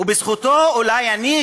ובזכותו אולי אני,